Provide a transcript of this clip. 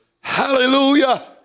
hallelujah